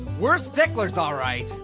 we're sticklers all right.